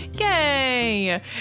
Yay